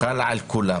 חל על כולם,